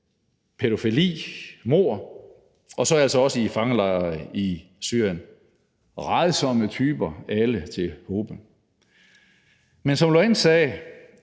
pædofili, mord og så altså også i fangelejre i Syrien. Rædsomme typer alle til hobe. Men som Aoláin også